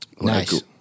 Nice